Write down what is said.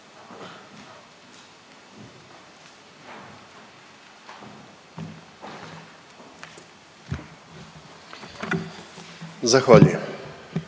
Pa hvala